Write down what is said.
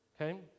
okay